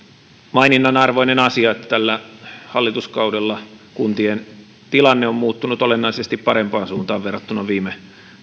maininnan arvoinen asia että tällä hallituskaudella kuntien tilanne on muuttunut olennaisesti parempaan suuntaan verrattuna viime